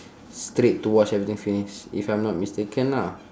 straight to watch everything finish if I'm not mistaken ah